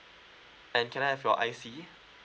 and can I have your I_C